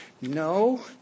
no